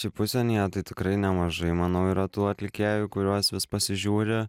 šiaip užsienyje tai tikrai nemažai manau yra tų atlikėjų kuriuos vis pasižiūriu